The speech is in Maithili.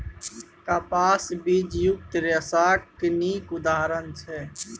कपास बीजयुक्त रेशाक नीक उदाहरण छै